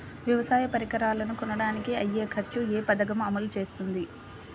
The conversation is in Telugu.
వ్యవసాయ పరికరాలను కొనడానికి అయ్యే ఖర్చు ఏ పదకము అమలు చేస్తుంది?